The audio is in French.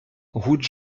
route